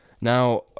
Now